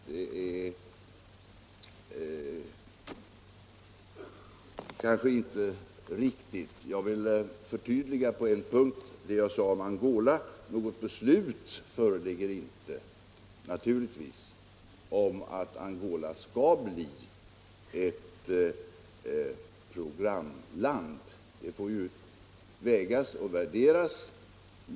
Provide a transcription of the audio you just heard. Jag tycker inte att det vore riktigt. Jag vill emellertid förtydliga vad jag sade om Angola. Något beslut om att Angola skall bli ett programland föreligger naturligtvis inte — det får vägas och värderas.